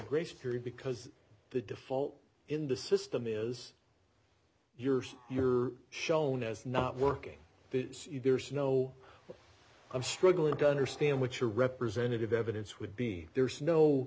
grace period because the default in the system is yours you're shown as not working there's no i'm struggling to understand which a representative evidence would be there's no